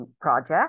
Project